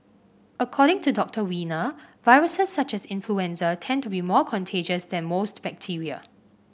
according to Doctor Wiener viruses such as influenza tend to be more contagious than most bacteria